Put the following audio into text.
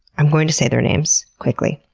i'm going to say their names quickly,